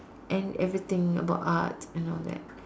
and everything about art and all that